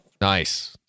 Nice